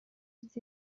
yüz